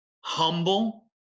humble